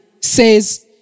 says